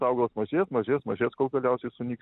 augalas mažės mažės mažės kol galiausiai sunyks